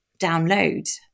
download